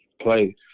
play